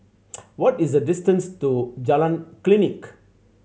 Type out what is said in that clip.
what is the distance to Jalan Klinik